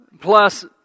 Plus